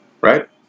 Right